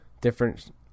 different